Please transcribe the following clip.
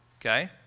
Okay